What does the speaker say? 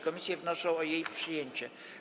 Komisje wnoszą o jej przyjęcie.